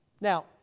Now